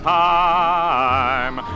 time